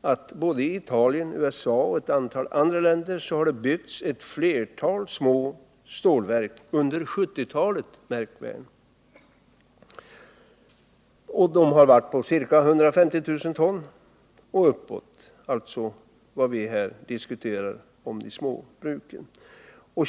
att det på 1970-talet i Italien, USA och ett antal andra länder har byggts ett flertal små stålverk på ca 150 000 årston och uppåt — alltså vad vi här diskuterar beträffande de små bruken.